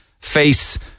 face